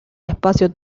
espacio